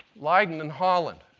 leiden in holland